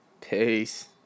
Peace